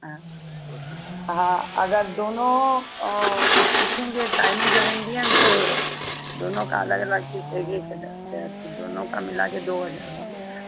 हाँ हाँ अगर दोनों सीखेंगे चाइनीज और इंडियन तो दोनों का अलग अलग फिर एक एक हज़ार फिर दोनों का मिला के दो हज़ार हो गया